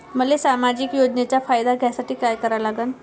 मले सामाजिक योजनेचा फायदा घ्यासाठी काय करा लागन?